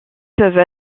peuvent